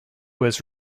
was